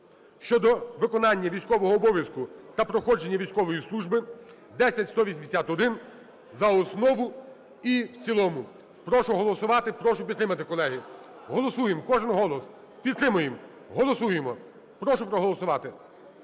(щодо виконання військового обов'язку та проходження військової служби) (10181) за основу і в цілому. Прошу голосувати, прошу підтримати, колеги. Голосуємо, кожен голос. Підтримуємо, голосуємо. Прошу проголосувати,